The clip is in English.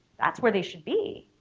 that's where they should be,